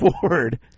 forward